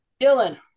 Dylan